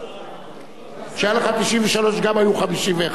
כשהיו לך 93 גם היו 51. בשבוע שעבר.